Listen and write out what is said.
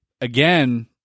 again